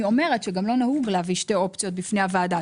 אני גם אומרת שלא נהוג להביא שתי אופציות בפני הוועדה.